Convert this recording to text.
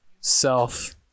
self